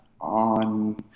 on